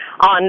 on